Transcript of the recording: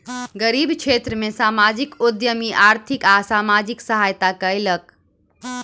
गरीब क्षेत्र में सामाजिक उद्यमी आर्थिक आ सामाजिक सहायता कयलक